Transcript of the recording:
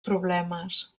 problemes